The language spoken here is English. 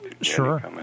Sure